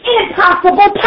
impossible